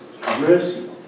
mercy